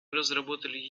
разработали